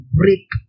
break